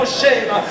shame